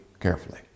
carefully